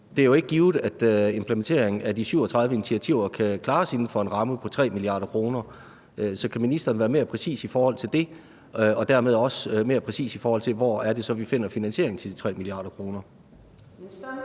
Det er jo ikke givet, at implementeringen af de 37 initiativer kan klares inden for en ramme på 3 mia. kr. Så kan ministeren være mere præcis i forhold til det og dermed også mere præcis, i forhold til hvor det så er, vi finder finansieringen til de 3 mia. kr.